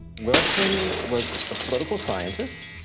wilson was a political scientist,